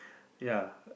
yea